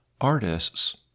artists